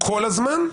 כל הזמן.